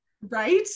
right